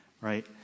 right